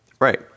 Right